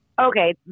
Okay